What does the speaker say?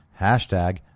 hashtag